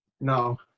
No